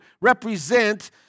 represent